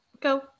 Go